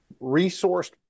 resourced